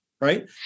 right